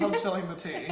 um spilling the tea!